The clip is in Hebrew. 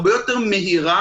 הרבה יותר מהירה.